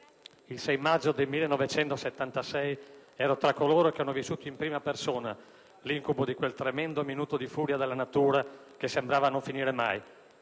Il 6 maggio del 1976 ero tra coloro che hanno vissuto in prima persona l'incubo di quel tremendo minuto di furia della natura, che sembrava non finire mai.